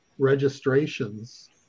Registrations